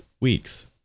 weeks